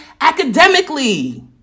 academically